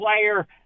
player